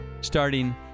starting